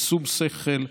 בשום שכל,